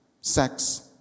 sex